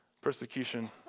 Persecution